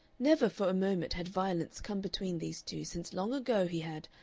never for a moment had violence come between these two since long ago he had,